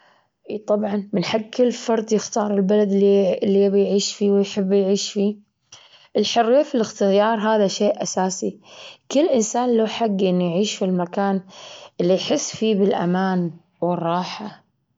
إي طبعًا من حج كل فرد يختار البلد اللي- اللي يبي يعيش فيه ويحب يعيش فيه. الحرية في الاختيار هذا شيء أساسي كل إنسان له حق إنه يعيش في المكان إللي يحس فيه بالأمان والراحة.